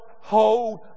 hold